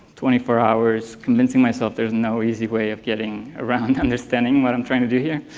twenty four hours, convincing myself there's no easy way of getting around understanding what i'm trying to do here,